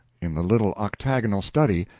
in the little octagonal study,